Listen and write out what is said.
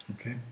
Okay